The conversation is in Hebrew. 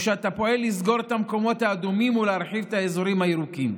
או שאתה פועל לסגור את המקומות האדומים ולהרחיב את האזורים הירוקים?